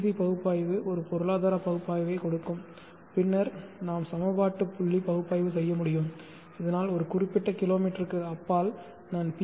C பகுப்பாய்வு ஒரு பொருளாதார பகுப்பாய்வைக் கொடுக்கும் பின்னர் நாம் சமபாட்டுப்புள்ளி பகுப்பாய்வு செய்ய முடியும் இதனால் ஒரு குறிப்பிட்ட கிலோமீட்டருக்கு அப்பால் நான் பி